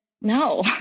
no